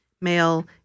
male